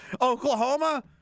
Oklahoma